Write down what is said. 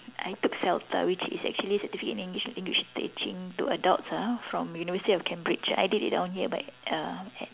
I took celta which is actually the certificate in English English teaching to adults ah from university of cambridge I did it one year like uh at